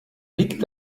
liegt